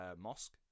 mosque